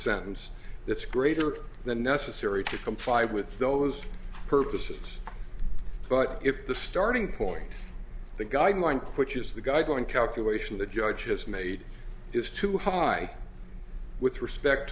sentence that's greater than necessary to comply with those purposes but if the starting point the guideline pushes the guy going calculation the judge has made is too high with respect